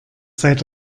seid